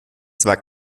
zwar